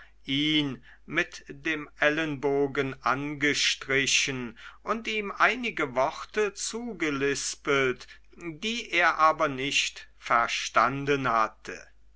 ihn mit dem ellenbogen angestrichen und ihm einige worte zugelispelt die er aber nicht verstanden hatte